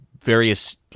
various